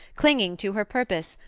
clinging to her purpose,